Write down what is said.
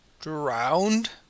drowned